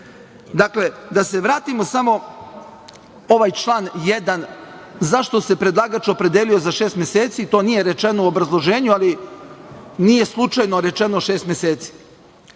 drugim. Dakle, da se vratimo samo ovaj član 1. zašto se predlagač opredelio na šest meseci, to nije rečeno u obrazloženju, nije slučajno rečeno 6 meseci. Postoji